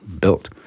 built